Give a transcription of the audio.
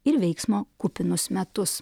ir veiksmo kupinus metus